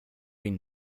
been